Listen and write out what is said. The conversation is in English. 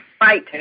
right